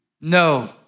No